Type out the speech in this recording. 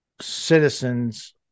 citizens